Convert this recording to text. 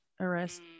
arrest